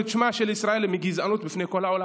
שמה של ישראל מגזענות בפני כל העולם.